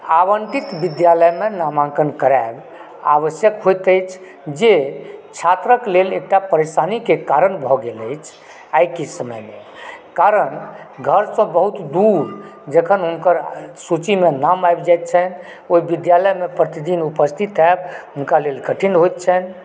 आवंटित विद्यालयमे नामाङ्कन कराएब आवश्यक होइत अछि जे छात्रक लेल एकटा परेशानीके कारण भए गेल अछि आइके समयमे कारण घरसंँ बहुत दूर जखन हुनकर सूचीमे नाम आबि जाइत छनि ओहि विद्यालयमे प्रतिदिन उपस्थित होएब हुनका लेल कठिन होइत छनि